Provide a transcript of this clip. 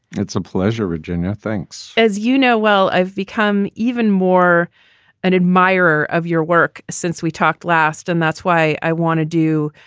it's a pleasure, virginia. thanks. as you know well, i've become even more an admirer of your work since we talked last, and that's why i want to do.